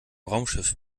raumschiff